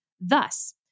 Thus